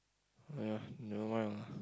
ya never mind ah